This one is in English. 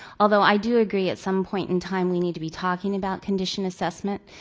although i do agree at some point in time we need to be talking about condition assessment,